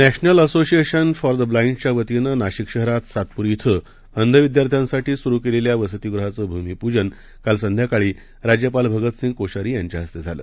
नॅशनलअसोसिएशनफॉरदब्ला डिच्यावतीनेनाशिकशहरातसातपूर डिअंधविद्यार्थ्यांसाठीसुरूकेलेल्यावसतिगृहाचंभूमिपूजनकाल संध्याकाळीराज्यपालभगतसिंहकोश्यारीयांच्याहस्तेझालं